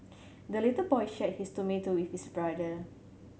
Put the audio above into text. the little boy shared his tomato with his brother